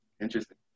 Interesting